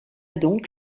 donc